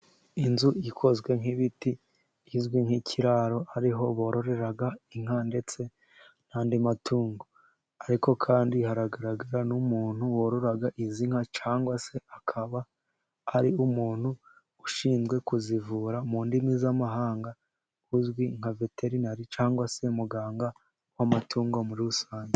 Inzu ikozwe nk'ibiti, izwi nk'ikiraro, ariho bororera inka ndetse n'andi matungo. Ariko kandi, hagaragara n'umuntu warora izi nka, cyangwa se akaba ari umuntu ushinzwe kuzivura, mu ndimi z'amahanga uzwi nka veterinari, cyangwa se muganga w'amatungo muri rusange.